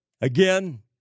again